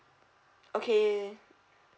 okay